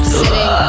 sitting